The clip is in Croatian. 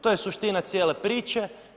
To je suština cijele priče.